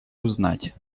узнать